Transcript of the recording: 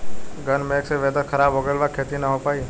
घन मेघ से वेदर ख़राब हो गइल बा खेती न हो पाई